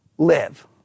live